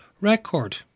record